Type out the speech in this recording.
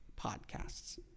podcasts